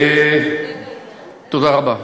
תודה רבה.